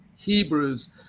Hebrews